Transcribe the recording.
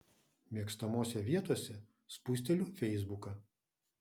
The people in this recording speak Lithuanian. mėgstamose vietose spusteliu feisbuką